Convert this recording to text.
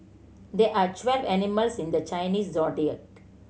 there are twelve animals in the Chinese Zodiac